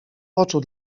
poczuł